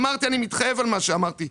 אמרתי, אני מתחייב על מה שאמרתי.